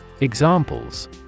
Examples